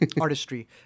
artistry